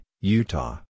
Utah